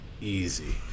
Easy